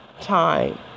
time